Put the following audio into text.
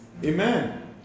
Amen